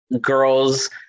girls